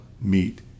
meet